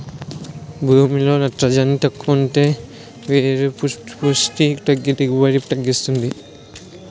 భూమిలో నత్రజని తక్కువుంటే వేరు పుస్టి తగ్గి దిగుబడిని తగ్గిస్తుంది